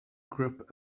group